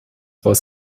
weiß